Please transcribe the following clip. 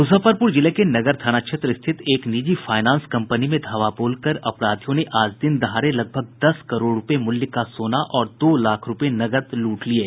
मुजफ्फरपुर जिले के नगर थाना क्षेत्र स्थित एक निजी फायनांस कंपनी में धावा बोलकर अपराधियों ने आज दिन दहाड़े लगभग दस करोड़ रूपये मूल्य का सोना और दो लाख रूपये नकद लूट लिये